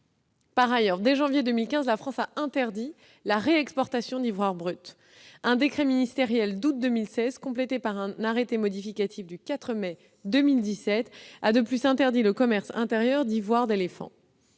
Par ailleurs, dès janvier 2015, la France a interdit la réexportation d'ivoire brut. Un décret ministériel d'août 2016, complété par un arrêté modificatif en date du 4 mai 2017, a, de plus, interdit le commerce intérieur d'ivoire d'éléphant.